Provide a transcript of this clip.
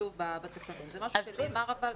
כתוב בתקנות אבל זה משהו שכל הזמן נאמר.